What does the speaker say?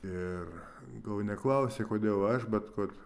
ir gal neklausi kodėl aš bet kad